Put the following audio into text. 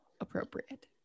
appropriate